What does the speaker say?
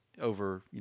over